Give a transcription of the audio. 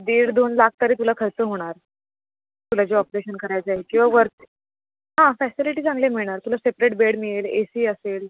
दीड दोन लाख तरी तुला खर्च होणार तुला जे ऑपरेशन करायचं आहे किंवा वर हां फॅसिलीटी चांगल्या मिळणार तुला सेपरेट बेड मिळेल ए सी असेल